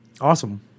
Awesome